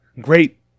great